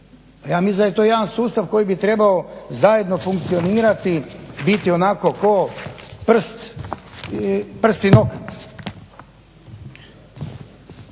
ja mislim da je to jedan sustav koji bi trebao zajedno funkcionirati, biti onako kao prst i nokat.